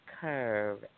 curve